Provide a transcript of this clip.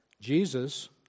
Jesus